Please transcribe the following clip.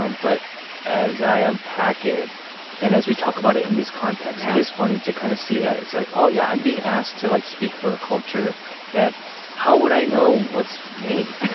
um but as i unpack it and as we talk about it in this context. yeah. it is funny to kind of see that. it's like oh, yeah. i'm being asked to, like, speak for a culture that how would i know what's made?